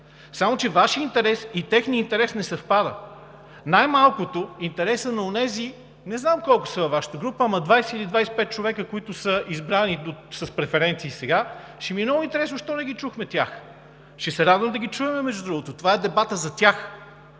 Само че Вашият интерес и техният интерес не съвпадат. Най-малкото интересът на онези, не знам колко са във Вашата група, но 20 или 25 човека, които са избрани сега с преференции, ще ми е много интересно защо не ги чухме тях, ще се радвам да ги чуем, между другото, защото дебатът е за тях.